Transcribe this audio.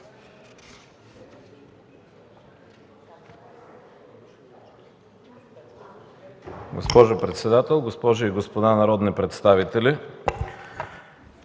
Госпожо председател, госпожи и господа народни представители,